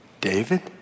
David